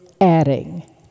adding